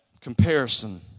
Comparison